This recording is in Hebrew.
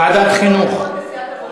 ועדת חינוך.